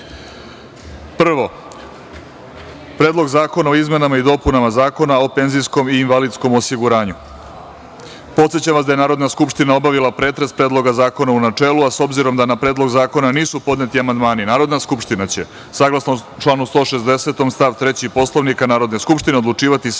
– Predlog zakona o izmenama i dopunama Zakona o penzijskom i invalidskom osiguranju. Podsećam vas da je Narodna skupština obavila pretres Predloga zakona u načelu, a s obzirom da na Predlog zakona nisu podneti amandmani, Narodna skupština će, saglasno članu 160. stav 3. Poslovnika Narodne skupštine, odlučivati samo